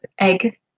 egg